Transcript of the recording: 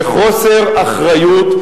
בחוסר אחריות,